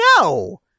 No